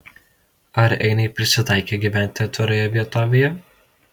ar einiai prisitaikę gyventi atviroje vietovėje